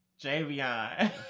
Javion